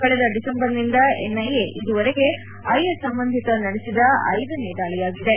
ಕಳೆದ ದಿಸೆಂಬರ್ನಿಂದ ಎನ್ಐಎ ಇದುವರೆಗೆ ಐಎಸ್ಎ ಸಂಬಂಧಿತ ನಡೆಸಿದ ಐದನೇ ದಾಳಿಯಾಗಿದೆ